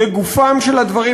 לגופם של הדברים,